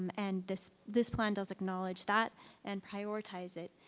and this this plan does acknowledge that and prioritize it.